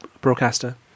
broadcaster